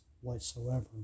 whatsoever